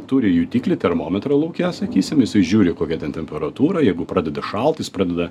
turi jutiklį termometrą lauke sakysim jisai žiūri kokia ten temperatūra jeigu pradeda šalt jis pradeda